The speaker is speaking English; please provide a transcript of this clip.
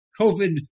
COVID